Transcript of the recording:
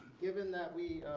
given that we